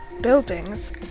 buildings